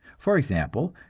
for example,